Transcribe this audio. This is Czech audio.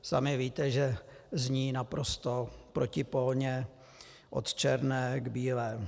Sami víte, že zní naprosto protipólně od černé k bílé.